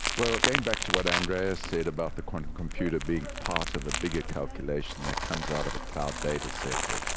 well, going back to what andrea said about the quantum computer being part of the bigger calculation that comes out of a cloud data centre,